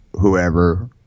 whoever